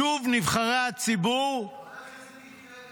שוב נבחרי הציבור" --- חבר הכנסת מיקי לוי,